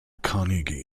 carnegie